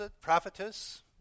prophetess